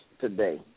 today